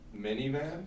minivan